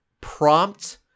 prompt